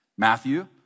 Matthew